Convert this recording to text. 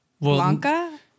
Blanca